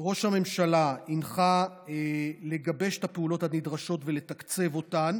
ראש הממשלה הנחה לגבש את הפעולות הנדרשות ולתקצב אותן.